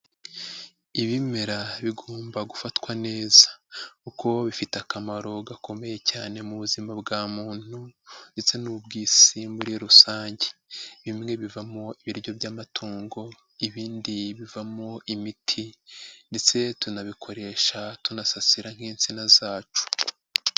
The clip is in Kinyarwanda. Ibimera bigomba gufatwa neza kuko bifite akamaro gakomeye cyane mu buzima bwa muntu ndetse n'ubw'isi muri rusange, bimwe bivamo ibiryo by'amatungo, ibindi bivamo imiti ndetse tunabikoresha tunasasira nk'insina zacu.